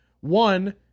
One